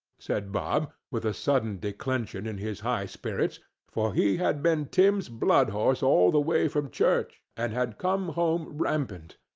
said bob, with a sudden declension in his high spirits for he had been tim's blood horse all the way from church, and had come home rampant.